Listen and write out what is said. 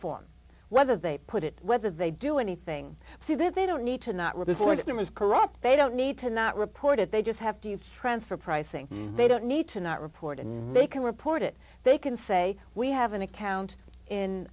form whether they put it whether they do anything so that they don't need to not report it was corrupt they don't need to not report it they just have to transfer pricing they don't need to not report and they can report it they can say we have an account in